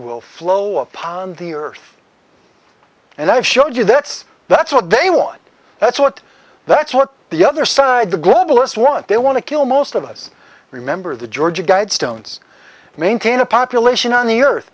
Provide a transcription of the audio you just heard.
will flow of upon the earth and i've showed you that's that's what they want that's what that's what the other side the globalists want they want to kill most of us remember the georgia guidestones maintain a population on the earth